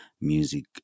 music